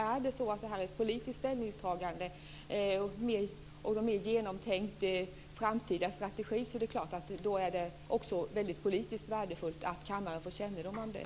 Är detta ett politiskt ställningstagande för en framtida mer genomtänkt strategi är det väldigt politiskt värdefullt att kammaren får kännedom om det.